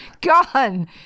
Gone